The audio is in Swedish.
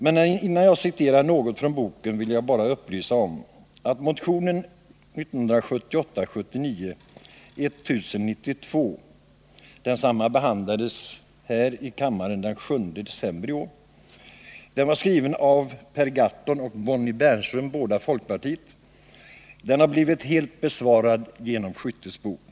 Men innan jag citerar något från boken vill jag bara upplysa om att motionen 1978/79:1092, som behandlades här i kammaren den 7 december i år och var skriven av Per Gahrton och Bonnie Bernström, båda från folkpartiet, har blivit helt besvarad genom Skyttes bok.